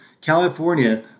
California